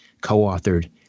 co-authored